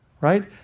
right